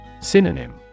Synonym